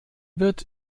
wird